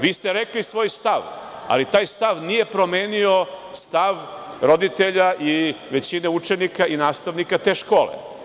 Vi ste rekli svoj stav, ali taj stav nije promenio stav roditelja i većine učenika i nastavnika te škole.